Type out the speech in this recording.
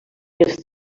els